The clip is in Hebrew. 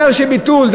אומר שביטול,